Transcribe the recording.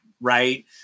right